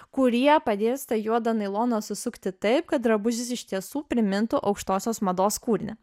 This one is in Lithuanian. kurie padės tą juodą nailoną susukti taip kad drabužis iš tiesų primintų aukštosios mados kūrinį